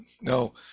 no